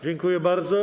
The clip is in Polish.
Dziękuję bardzo.